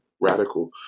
radical